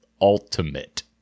ultimate